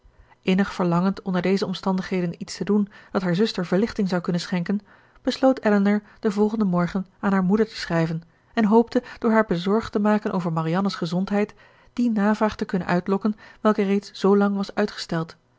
innig verlangend onder deze omstandigheden iets te doen dat haar zuster verlichting zou kunnen schenken besloot elinor den volgenden morgen aan haar moeder te schrijven en hoopte door haar bezorgd te maken over marianne's gezondheid die navraag te kunnen uitlokken welke reeds zoolang was uitgesteld